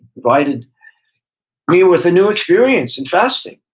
provided me with a new experience in fasting.